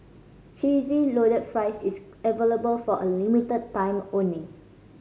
Cheesy Loaded Fries is available for a limited time only